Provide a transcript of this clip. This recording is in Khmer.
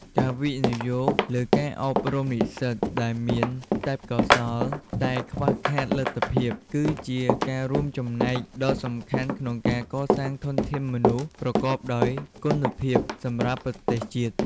ការវិនិយោគលើការអប់រំនិស្សិតដែលមានទេពកោសល្យតែខ្វះខាតលទ្ធភាព គឺជាការរួមចំណែកដ៏សំខាន់ក្នុងការកសាងធនធានមនុស្សប្រកបដោយគុណភាពសម្រាប់ប្រទេសជាតិ។